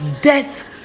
death